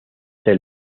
del